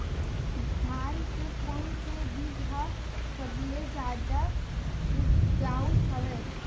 धान के कोन से बीज ह सबले जादा ऊपजाऊ हवय?